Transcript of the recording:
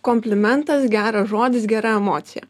komplimentas geras žodis gera emocija